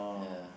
ya